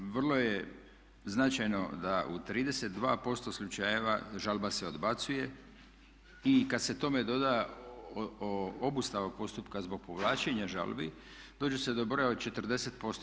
Vrlo je značajno da u 32% slučajeva žalba se odbacuje i kad se tome doda obustava postupka zbog povlačenja žalbi dođe se do broja od 40%